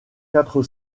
quatre